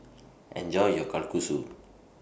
Enjoy your Kalguksu